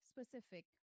specific